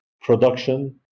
production